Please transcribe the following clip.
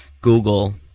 Google